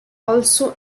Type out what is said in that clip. also